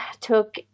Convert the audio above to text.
took